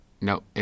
No